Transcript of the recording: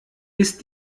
ist